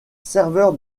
serveur